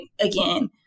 again